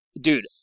Dude